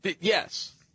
Yes